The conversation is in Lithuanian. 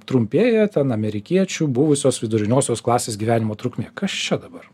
trumpėja ten amerikiečių buvusios viduriniosios klasės gyvenimo trukmė kas čia dabar